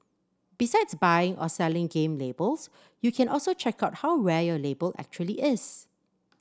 besides buying or selling game labels you can also check out how rare your label actually is